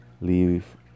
leave